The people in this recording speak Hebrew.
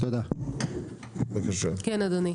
כן אדוני.